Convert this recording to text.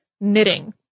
knitting